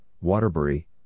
Waterbury